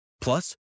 Plus